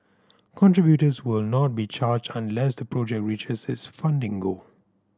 contributors will not be charged unless the project reaches its funding goal